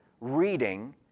reading